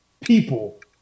people